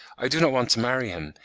i do not want to marry him,